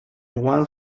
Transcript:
one